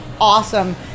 awesome